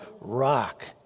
rock